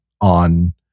on